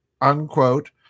unquote